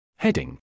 Heading